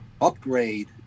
upgrade